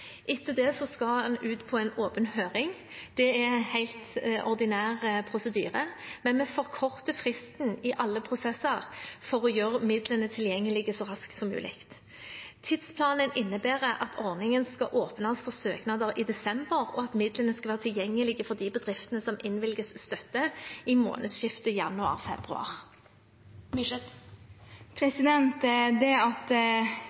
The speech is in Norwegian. Etter det skal den ut på åpen høring. Dette er helt ordinær prosedyre, men vi forkorter fristen i alle prosesser for å gjøre midlene tilgjengelige så raskt som mulig. Tidsplanen innebærer at ordningen skal åpnes for søknader i desember, og at midlene skal være tilgjengelige for de bedriftene som innvilges støtte, i månedsskiftet januar/februar. Det at